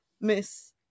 miss